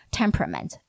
temperament